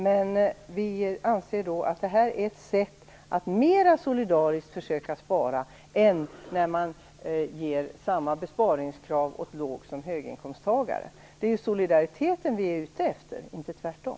Men vi anser att det här är ett sätt att mera solidariskt försöka spara än när man ger samma besparingskrav åt låg och höginkomsttagare. Det är ju solidariteten vi är ute efter, inte tvärtom.